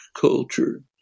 culture